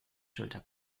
schulter